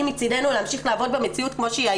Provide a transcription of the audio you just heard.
מצדנו להמשיך לעבוד במציאות כמו שהיא,